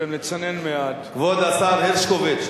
לשמוע אותו משיב?